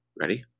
Ready